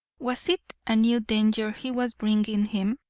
was it a new danger he was bringing him?